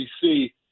see